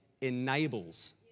enables